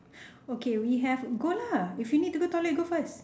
okay we have go lah if you need to go toilet you go first